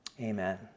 Amen